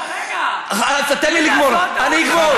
רגע, תן לי לגמור, בבקשה.